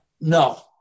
No